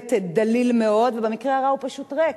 באמת דליל מאוד ובמקרה הרע הוא פשוט ריק.